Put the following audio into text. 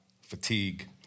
fatigue